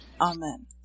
Amen